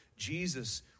jesus